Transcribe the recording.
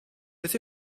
beth